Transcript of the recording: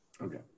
Okay